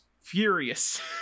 furious